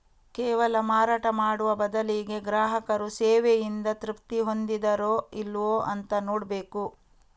ಕೇವಲ ಮಾರಾಟ ಮಾಡುವ ಬದಲಿಗೆ ಗ್ರಾಹಕರು ಸೇವೆಯಿಂದ ತೃಪ್ತಿ ಹೊಂದಿದಾರೋ ಇಲ್ವೋ ಅಂತ ನೋಡ್ಬೇಕು